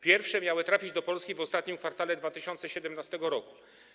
Pierwsze miały trafić do Polski w ostatnim kwartale 2017 r.